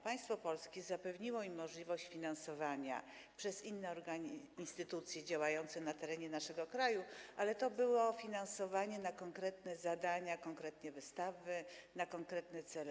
Państwo polskie zapewniło im możliwość finansowania przez inne instytucje działające na terenie naszego kraju, ale to było finansowanie przeznaczone na konkretne zadania, konkretne wystawy, konkretne cele.